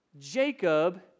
Jacob